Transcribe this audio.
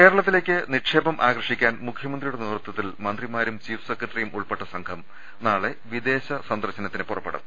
കേരളത്തിലേക്ക് നിക്ഷേപം ആകർഷിക്കാൻ മുഖ്യമന്ത്രിയുടെ നേതൃത്വത്തിൽ മന്ത്രിമാരും ചീഫ് സെക്രട്ടറിയും ഉൾപ്പെട്ട സംഘം നാളെ വിദേശ സന്ദർശനത്തിന് പുറപ്പെടും